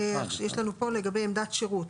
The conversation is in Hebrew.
יש לנו פה שינוי לגבי עמדת שירות,